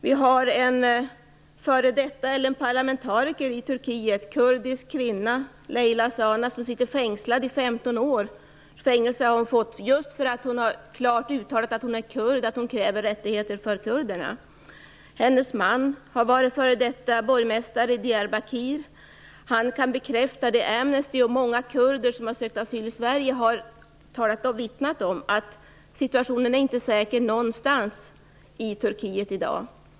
Det finns en parlamentariker i Turkiet, en kurdisk kvinna som heter Leyla Zana, som skall sitta fängslad i 15 år just för att hon klart har uttalat att hon är kurd och för att hon kräver rättigheter för kurderna. Hennes man har varit borgmästare i Diyarbakir. Han kan bekräfta det som Amnesty och många kurder som har sökt asyl i Sverige har vittnat om. Situationen är nämligen inte säker någonstans i Turkiet i dag.